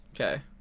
Okay